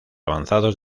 avanzados